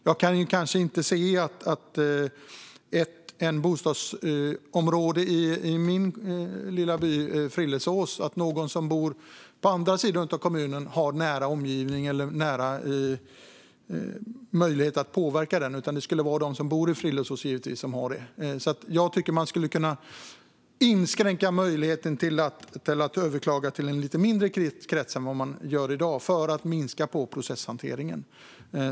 Om det gäller ett bostadsområde i min lilla by, Frillesås, kan jag kanske inte se att någon som bor i en helt annan del av kommunen har det som sin nära omgivning och ska ha rätt att påverka det, utan det ska givetvis vara de som bor i Frillesås som ska ha den rätten. Jag tycker att man skulle kunna inskränka möjligheten att överklaga till en lite mindre krets än i dag för att minska processhanteringen.